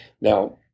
Now